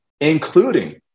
including